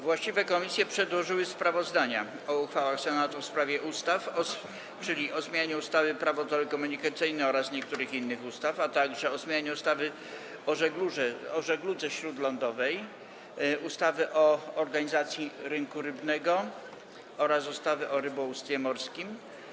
Właściwe komisje przedłożyły sprawozdania o uchwałach Senatu w sprawie ustaw: - o zmianie ustawy Prawo telekomunikacyjne oraz niektórych innych ustaw, - o zmianie ustawy o żegludze śródlądowej, ustawy o organizacji rynku rybnego oraz ustawy o rybołówstwie morskim.